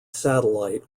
satellite